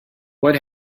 what